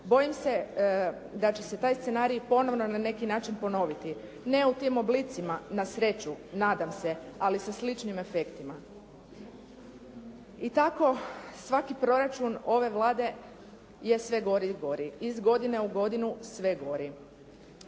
Bojim se da će se taj scenarij ponovno na neki način ponoviti. Ne u tim oblicima, na sreću, nadam se, ali sa sličnim efektima. I tako, svaki proračun ove Vlade je sve gori i gori, iz godine u godinu sve gori.